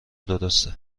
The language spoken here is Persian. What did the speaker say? درسته